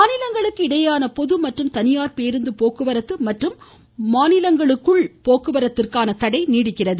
மாநிலங்களுக்கு இடையேயான பொது மற்றும் தனியார் பேருந்து போக்குவரத்து மற்றும் மாநிலங்களுக்கு இடையேயான போக்குவரத்திற்கு தடை நீடிக்கிறது